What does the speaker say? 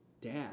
Dad